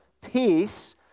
peace